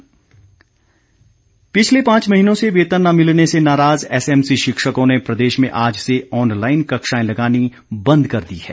SMC शिक्षक पिछले पांच महीनों से वेतन न मिलने से नाराज एसएमसी शिक्षकों ने प्रदेश में आज से ऑनलाइन कक्षाएं लगानी बंद कर दी हैं